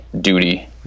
duty